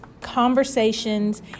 conversations